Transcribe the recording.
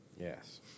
Yes